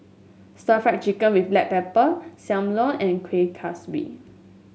Stir Fried Chicken with Black Pepper Sam Lau and Kuih Kaswi